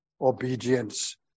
obedience